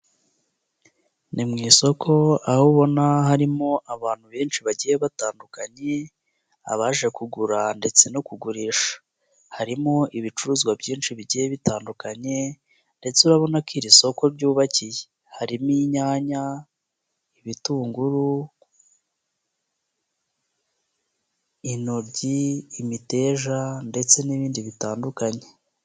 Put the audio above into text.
Ni mu isoko aho ubona harimo abantu benshi bagiye batandukanye, abaje kugura ndetse no kugurisha, harimo ibicuruzwa byinshi bigiye bitandukanye ndetse urabona ko iri soko ryubakiye, harimo inyanya, ibitunguru, intoryi, imiteja ndetse n'ibindi bitandukanye.